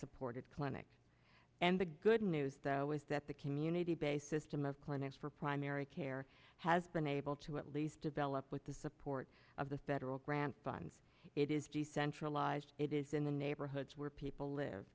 supported clinic and the good news though is that the community based system of clinics for primary care has been able to at least develop with the support of the federal grant funds it is decentralized it is in the neighborhoods where people live